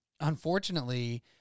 unfortunately